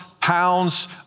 pounds